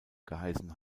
geheißen